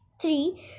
three